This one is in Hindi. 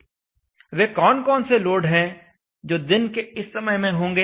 वे कौन कौन से लोड हैं जो दिन के इस समय में होंगे